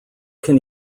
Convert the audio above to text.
can